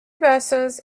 buses